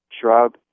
shrub